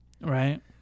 Right